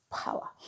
power